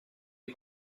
est